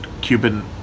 Cuban